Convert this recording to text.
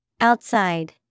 Outside